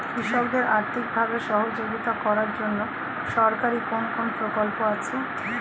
কৃষকদের আর্থিকভাবে সহযোগিতা করার জন্য সরকারি কোন কোন প্রকল্প আছে?